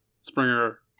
Springer